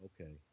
Okay